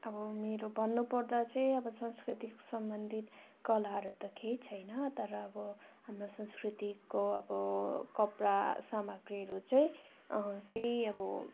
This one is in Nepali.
अब मेरो भन्नु पर्दा चाहिँ सांस्कृतिक सम्बन्धी कलाहरू त केही छैन तर अब हाम्रो संस्कृतिको अब कपडा सामग्रीहरू चाहिँ त्यही अब